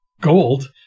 gold